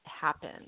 happen